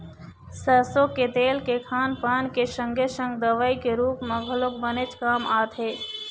सरसो के तेल के खान पान के संगे संग दवई के रुप म घलोक बनेच काम आथे